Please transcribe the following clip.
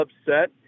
upset